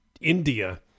India